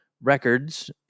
records